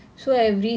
mmhmm